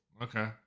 Okay